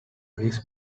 his